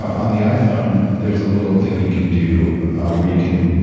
on the iphone there's a little thing you can do where you can,